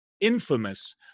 infamous